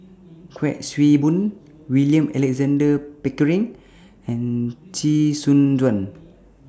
Kuik Swee Boon William Alexander Pickering and Chee Soon Juan